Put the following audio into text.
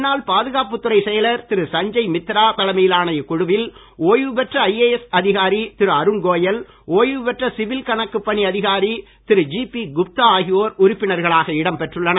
முன்னாள் பாதுகாப்புத் துறைச் செயலர் திரு சஞ்சய் மித்ரா தலைமையிலான இக்குழுவில் ஓய்வு பெற்ற ஐஏஎஸ் அதிகாரி திரு அருண் கோயல் ஓய்வு பெற்ற சிவில் கணக்கு பணி அதிகாரி திரு ஜிபி குப்தா ஆகியோர் உறுப்பினர்களாக இடம் பெற்றுள்ளனர்